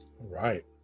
right